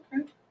Okay